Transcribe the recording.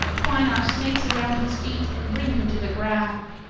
twine our snakes around his feet, and bring him to the ground.